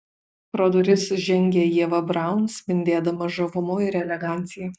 pro duris žengė ieva braun spindėdama žavumu ir elegancija